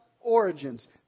origins